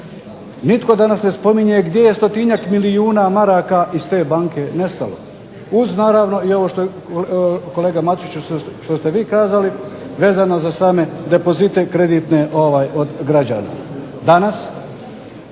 Nitko danas ne spominje gdje je stotinjak milijuna maraka iz te banke nestalo uz naravno i ovo što je kolega Matušiću što ste vi kazali vezano za same depozite kreditne od građana. Danas